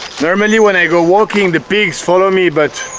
normally when i go walking, the pig follow me but